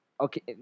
okay